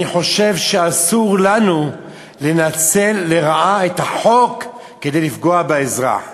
אני חושב שאסור לנו לנצל לרעה את החוק כדי לפגוע באזרח.